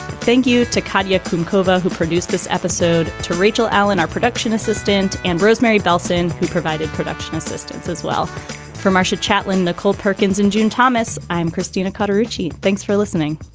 thank you to katya um cova, who produced this episode to rachel allen, our production assistant, and rosemary bellson, who provided production assistance as well for marsha chatillon, nicole perkins and june thomas. i'm christina cutter ritchie. thanks for listening